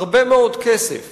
הרבה מאוד כסף